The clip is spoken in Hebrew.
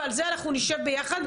ועל זה אנחנו נשב ביחד,